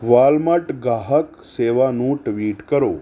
Walmart ਗਾਹਕ ਸੇਵਾ ਨੂੰ ਟਵੀਟ ਕਰੋ